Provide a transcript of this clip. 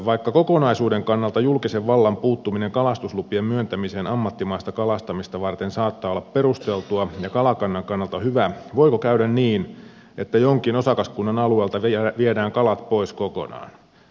vaikka kokonaisuuden kannalta julkisen vallan puuttuminen kalastuslupien myöntämiseen ammattimaista kalastamista varten saattaa olla perusteltua ja kalakannan kannalta hyvä voiko käydä niin että jonkin osakaskunnan alueelta viedään kalat pois kokonaan